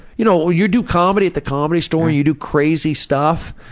you know, you do comedy at the comedy store, and you do crazy stuff,